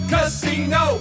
Casino